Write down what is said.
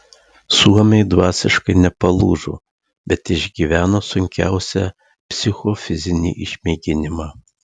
suomiai dvasiškai nepalūžo bet išgyveno sunkiausią psichofizinį išmėginimą